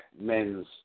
men's